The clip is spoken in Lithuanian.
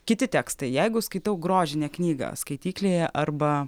kiti tekstai jeigu skaitau grožinę knygą skaityklėje arba